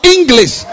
English